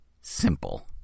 simple